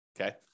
okay